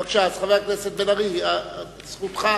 בבקשה, חבר הכנסת בן-ארי, זכותך,